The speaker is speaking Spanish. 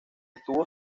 estuvo